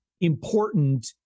important